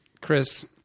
Chris